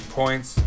points